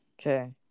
Okay